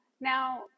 Now